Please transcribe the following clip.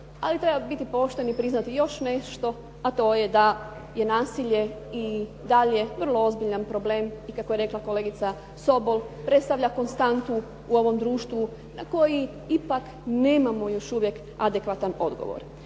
ali treba biti pošten i priznati još nešto, a to je da je nasilje i dalje vrlo ozbiljan problem i kako je rekla kolegica Sobol predstavlja konstantu u ovom društvu na koji ipak nemamo još uvijek adekvatan odgovor.